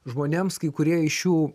žmonėms kai kurie iš jų